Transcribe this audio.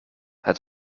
het